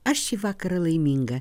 aš šį vakarą laiminga